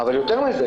אבל יותר מזה,